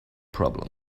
problem